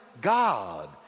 God